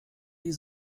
die